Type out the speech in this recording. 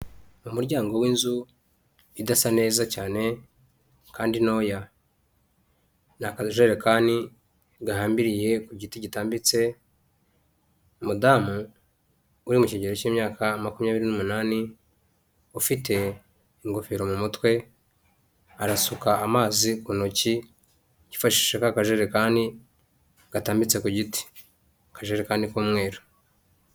Umuryango w'inzu idasa neza cyane kandi ntoya, ni akajerekani gahambiriye ku giti kitambitse, umadamu uri mu kigero cy'imyaka makumyabiri n'umunani, ufite ingofero mu mutwe arasuka amazi ku ntoki yifashisha ka kajerekani gatambitse ku giti akajerekani k'umweru.